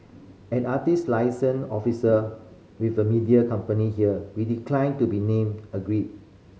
an artist liaison officer with a media company here we declined to be named agreed